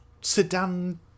sedan